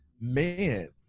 man